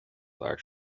bhfear